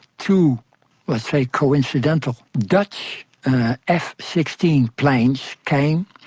two let's say coincidental dutch f sixteen planes came,